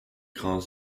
grands